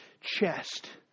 chest